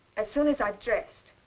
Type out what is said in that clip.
as soon as i've dressed.